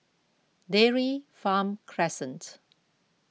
Dairy Farm Crescent